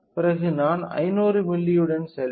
பிறகு நான் 500 மில்லியுடன் செல்வேன்